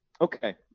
okay